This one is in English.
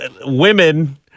women